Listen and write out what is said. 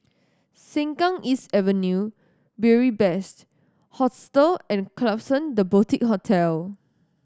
Sengkang East Avenue Beary Best Hostel and Klapsons The Boutique Hotel